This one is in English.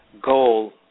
goal